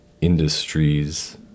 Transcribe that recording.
Industries